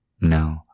No